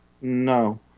No